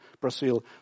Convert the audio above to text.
Brazil